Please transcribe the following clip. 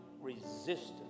resistance